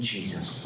Jesus